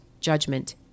judgment